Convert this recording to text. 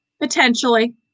Potentially